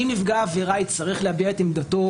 אם נפגע העבירה יצטרך להביע את עמדתו,